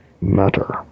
matter